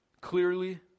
clearly